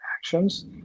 actions